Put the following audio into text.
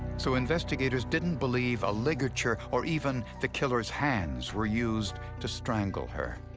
so investigators didn't believe a ligature or even the killer's hands were used to strangle her.